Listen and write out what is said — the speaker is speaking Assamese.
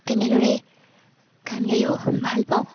তেনেদৰেই গান গায়ো ভাল পাওঁ